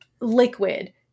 liquid